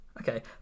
Okay